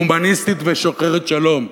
הומניסטית ושוחרת שלום,